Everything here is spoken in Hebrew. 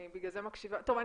אני בגלל זה מקשיבה טוב,